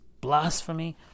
blasphemy